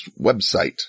website